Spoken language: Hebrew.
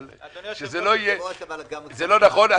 אבל זה לא נכון.